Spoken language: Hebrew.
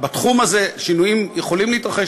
בתחום הזה שינויים יכולים להתרחש,